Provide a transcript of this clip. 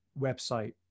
website